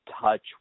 touch